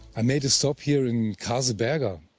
i made a stop here in kaseberga,